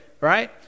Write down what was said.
right